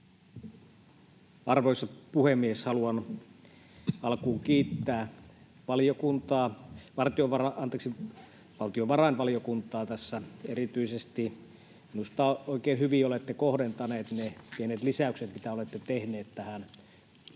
Arvoisa puhemies! Haluan alkuun kiittää valiokuntaa, valtiovarainvaliokuntaa tässä erityisesti. Minusta oikein hyvin olette kohdentaneet ne pienet lisäykset, mitä olette tehneet tämän pääluokan